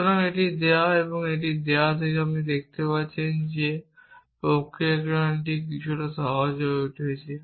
সুতরাং এটি দেওয়া এবং এটি দেওয়া আপনি দেখতে পাচ্ছেন যে এই প্রক্রিয়াকরণটি করা কিছুটা সহজ হয়ে উঠছে